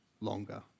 longer